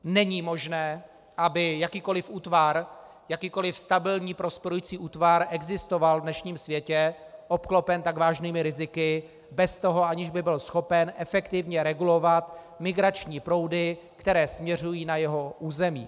Není možné, aby jakýkoli útvar, jakýkoli stabilní prosperující útvar, existoval v dnešním světě obklopen tak vážnými riziky, bez toho, aniž by byl schopen efektivně regulovat migrační proudy, které směřují na jeho území.